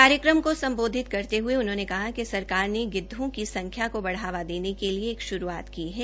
कार्यक्रम को सम्बोधित करते हुये उन्होंने कहा कि सरकार ने गिद्वों की संख्या को बढ़ावा देने के लिए एक श्रूआत की है